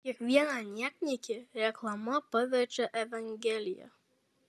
kiekvieną niekniekį reklama paverčia evangelija